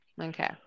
Okay